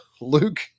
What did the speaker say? Luke